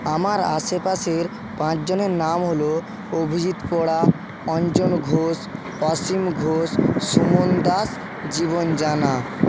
আমার আশেপাশের পাঁচজনের নাম হল অভিজিৎ পোড়া অঞ্জন ঘোষ অসীম ঘোষ সুমন দাস জীবন জানা